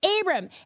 Abram